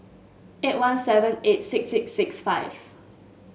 eight one seven eight six six six five